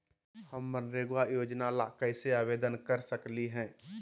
हम मनरेगा योजना ला कैसे आवेदन कर सकली हई?